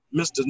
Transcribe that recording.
Mr